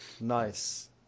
Nice